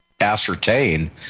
ascertain